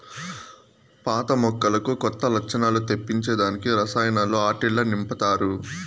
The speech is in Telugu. పాత మొక్కలకు కొత్త లచ్చణాలు తెప్పించే దానికి రసాయనాలు ఆట్టిల్ల నింపతారు